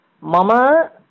Mama